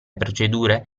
procedure